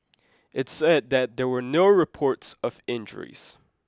it said that there were no reports of injuries